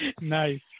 Nice